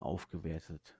aufgewertet